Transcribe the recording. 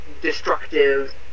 destructive